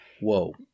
Whoa